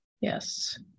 Yes